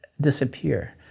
disappear